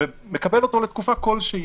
ומקבל אותו לתקופה כשלהי,